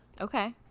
Okay